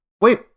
wait